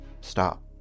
stop